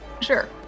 Sure